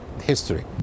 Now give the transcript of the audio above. history